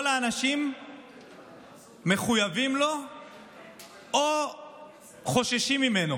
כל האנשים מחויבים לו או חוששים ממנו.